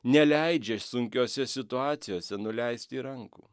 neleidžia sunkiose situacijose nuleisti rankų